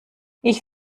ich